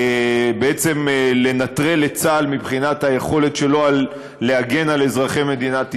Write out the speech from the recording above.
בעצם לנטרל את צה"ל מבחינת היכולת שלו להגן על אזרחי מדינת ישראל.